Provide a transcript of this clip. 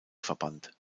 verband